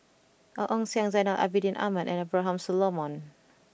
Ong Ong Siang Zainal Abidin Ahmad and Abraham Solomon